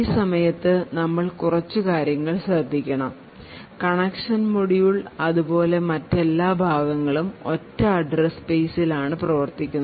ഈ സമയത്തു നമ്മൾ കുറച്ച് കാര്യങ്ങൾ ശ്രദ്ധിക്കണം കണക്ഷൻ മൊഡ്യൂൾ അതുപോലെ മറ്റെല്ലാ ഭാഗങ്ങളും ഒറ്റ അഡ്രസ്സ് സ്പേസിൽ ആണ് പ്രവർത്തിക്കുന്നത്